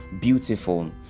beautiful